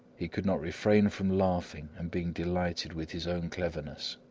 he could not refrain from laughing and being delighted with his own cleverness.